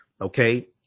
okay